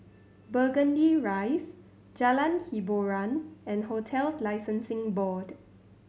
Burgundy Rise Jalan Hiboran and Hotels Licensing Board